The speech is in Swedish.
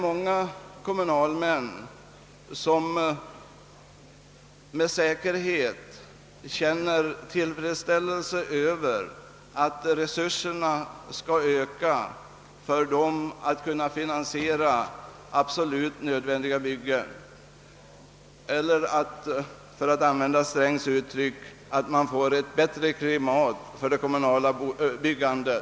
Många kommunalmän känner säkert tillfredsställelse över att deras resur ser för att finansiera absolut nödvändiga byggen ökar eller — för att använda herr Strängs uttryck — att det blir ett bättre klimat för det kommunala byggandet.